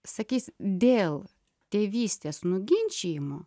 sakys dėl tėvystės nuginčijimo